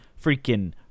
freaking